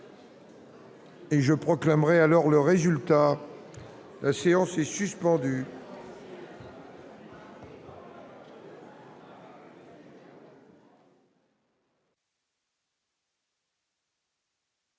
je proclamerai le résultat. La séance est suspendue.